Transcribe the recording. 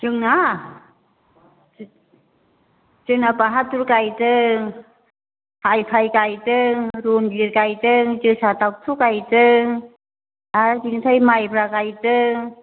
जोंना जोंना बाहादुर गायदों हाइ फाइ गाइदों रन्जित गायदों जोसा दावथु गायदों आर बिनिफ्राय माइब्रा गाइदों